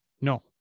No